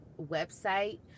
website